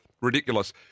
Ridiculous